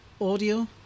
audio